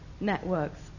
networks